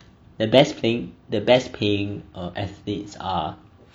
the best playing the best paying estates are